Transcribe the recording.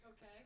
Okay